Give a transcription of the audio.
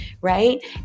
right